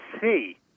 see